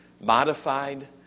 modified